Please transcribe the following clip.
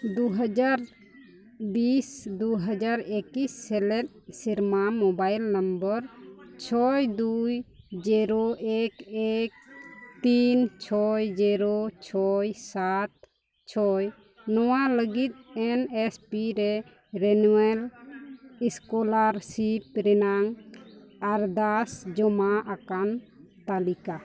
ᱫᱩ ᱦᱟᱡᱟᱨ ᱵᱤᱥ ᱫᱩ ᱦᱟᱡᱟᱨ ᱮᱠᱤᱥ ᱥᱮᱞᱮᱫ ᱥᱮᱨᱢᱟ ᱢᱳᱵᱟᱭᱤᱞ ᱱᱟᱢᱵᱟᱨ ᱪᱷᱚᱭ ᱫᱩᱭ ᱡᱤᱨᱳ ᱮᱠ ᱮᱠ ᱛᱤᱱ ᱪᱷᱚᱭ ᱡᱤᱨᱳ ᱪᱷᱚᱭ ᱥᱟᱛ ᱪᱷᱚᱭ ᱱᱚᱣᱟ ᱞᱟᱹᱜᱤᱫ ᱮᱱ ᱮᱥ ᱯᱤ ᱨᱮ ᱨᱤᱱᱩᱣᱟᱞ ᱥᱠᱚᱞᱟᱨᱥᱤᱯ ᱨᱮᱱᱟᱜ ᱟᱨᱫᱟᱥ ᱡᱚᱢᱟ ᱟᱠᱟᱱ ᱛᱟᱞᱤᱠᱟ